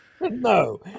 no